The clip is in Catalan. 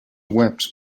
webs